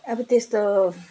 अब त्यस्तो